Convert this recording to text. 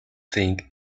think